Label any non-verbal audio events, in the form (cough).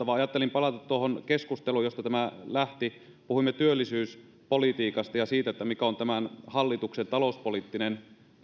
(unintelligible) vaan ajattelin palata tuohon keskusteluun josta tämä lähti puhuimme työllisyyspolitiikasta ja siitä mikä on tämän hallituksen talouspoliittinen